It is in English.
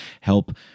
help